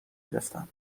گرفتم